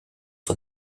for